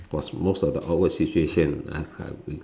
was most of the awkward situation I have been